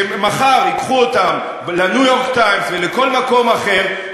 שמחר ייקחו אותן ל'ניו-יורק טיימס" ולכל מקום אחר,